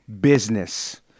Business